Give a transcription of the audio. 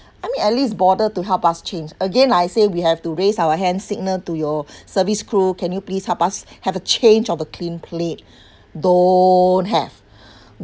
I mean at least bothered to help us change again I say we have to raise our hand signal to your service crew can you please help us have a change of a clean plate don't have